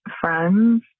friends